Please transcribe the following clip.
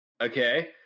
okay